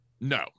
No